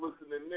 listening